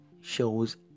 shows